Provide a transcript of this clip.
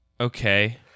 Okay